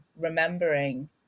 remembering